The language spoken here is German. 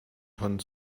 tonnen